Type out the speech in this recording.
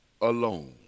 alone